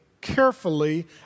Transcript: carefully